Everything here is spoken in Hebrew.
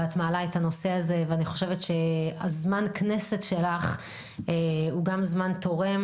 את מעלה את הנושא הזה ואני חושבת שזמן הכנסת שלך הוא גם זמן תורם